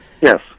Yes